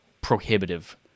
prohibitive